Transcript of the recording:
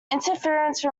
interference